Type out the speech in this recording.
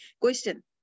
question